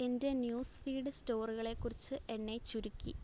എന്റെ news feed സ്റ്റോറികളെക്കുറിച്ച് എന്നെ ചുരുക്കി